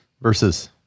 versus